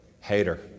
Hater